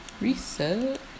Reset